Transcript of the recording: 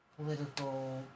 Political